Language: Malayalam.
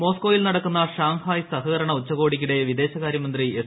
മോസ്കോയിൽ ന്നടക്കുന്ന ഷാങ്ഹായ് സഹകരണ ഉച്ചകോടിക്കിടെ വിദേശകാര്യമ്പ്രന്തി എസ്